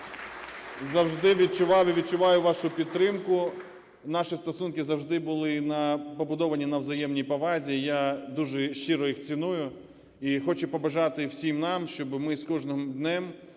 і відчуваю вашу підтримку. Наші стосунки завжди були побудовані на взаємній повазі, я дуже щиро їх ціную. І хочу побажати всім нам, щоб ми з кожним днем